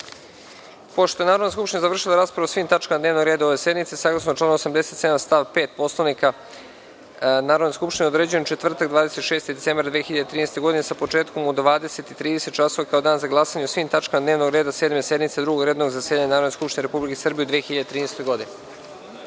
je Narodna skupština završila raspravu o svim tačkama dnevnog reda ove sednice, saglasno članu 87. stav 5. Poslovnika Narodne skupštine, određujem četvrtak, 26. decembar 2013. godine, sa početkom u 20,30 časova kao Dan za glasanje o svim tačkama dnevnog reda Sedme sednice Drugog redovnog zasedanja Narodne skupštine Republike Srbije u 2013. godini. Pre